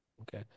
Okay